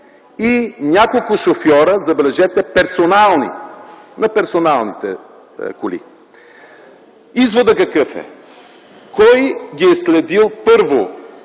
и няколко шофьори, забележете – персонални, на персоналните коли! Изводът какъв е? Кой е следил тези